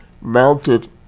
mounted